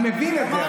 אני מבין את זה.